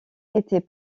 était